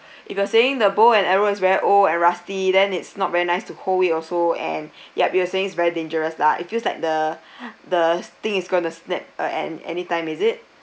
if you were saying the bow and arrow is very old and rusty then it's not very nice to hold it also and yup you're saying it's very dangerous lah it feels like the the thing is going to snap uh an~ anytime is it